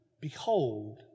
behold